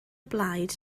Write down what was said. blaid